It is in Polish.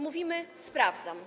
Mówimy: sprawdzam.